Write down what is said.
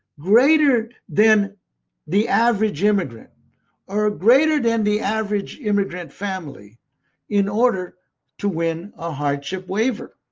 greater than the average immigrant or a greater than the average immigrant family in order to win a hardship waiver.